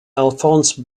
alphonse